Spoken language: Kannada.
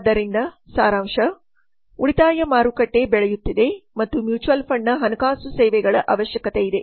ಆದ್ದರಿಂದ ಸಾರಾಂಶ ಉಳಿತಾಯ ಮಾರುಕಟ್ಟೆ ಬೆಳೆಯುತ್ತಿದೆ ಮತ್ತು ಮ್ಯೂಚುವಲ್ ಫಂಡ್ನ ಹಣಕಾಸು ಸೇವೆಗಳ ಅವಶ್ಯಕತೆಯಿದೆ